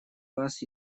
вас